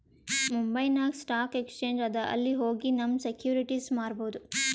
ಮುಂಬೈನಾಗ್ stock exchange ಅದಾ ಅಲ್ಲಿ ಹೋಗಿ ನಮ್ ಸೆಕ್ಯೂರಿಟಿಸ್ ಮಾರ್ಬೊದ್